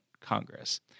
Congress